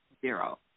Zero